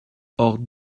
hors